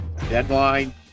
Deadline